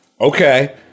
Okay